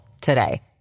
today